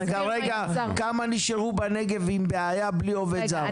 כרגע כמה נשארו בנגב עם בעיה בלי עובד זר?